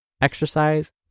exercise